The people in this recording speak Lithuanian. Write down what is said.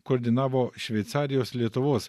koordinavo šveicarijos lietuvos